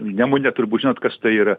nemune turbūt žinot kas tai yra